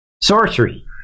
sorcery